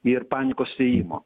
ir panikos sėjimo